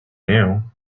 knew